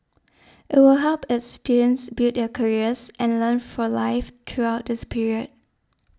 it will help its students build their careers and learn for life throughout this period